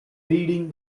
reading